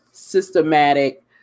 systematic